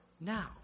now